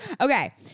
okay